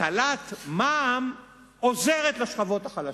הטלת מע"מ עוזרת לשכבות החלשות.